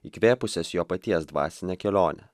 įkvėpusias jo paties dvasinę kelionę